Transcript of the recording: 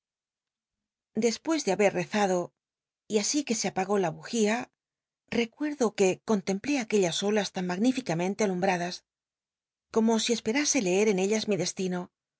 despucs de habel rezado y así que se apagó la bugía rccucl'do que contemplé acucllas olas tan magníficamente alumbtadas como si esperase leer en ellas mi destino